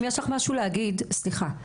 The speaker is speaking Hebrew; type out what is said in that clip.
סליחה,